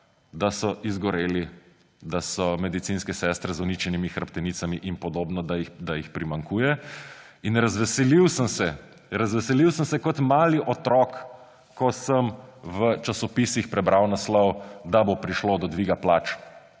da so izgoreli, da so medicinske sestre z uničenimi hrbtenicami in podobno, da jih primanjkuje. Razveselil sem se, razveselil sem se kot mali otrok, ko sem v časopisih prebral naslov, da bo prišlo do dviga plač